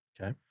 Okay